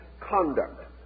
conduct